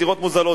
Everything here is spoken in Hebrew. דירות מוזלות,